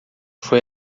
foi